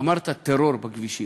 אמרת: טרור בכבישים.